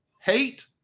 hate